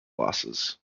losses